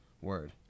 Word